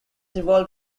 evolved